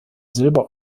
silber